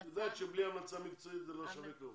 את יודעת שבלי המלצה מקצועית זה לא שווה כלום.